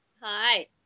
Hi